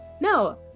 No